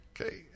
Okay